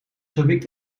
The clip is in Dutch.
gewikt